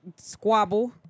squabble